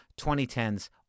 2010s